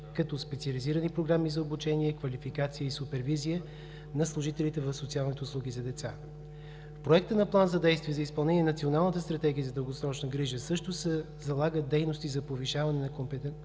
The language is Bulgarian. като специализирани програми за обучение, квалификация и супервизия на служителите в социалните услуги за деца. В Проекта на План за действие за изпълнение на Националната стратегия за дългосрочна грижа също се залагат дейности за повишаване на компетентностите